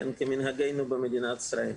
כמנהגנו במדינת ישראל.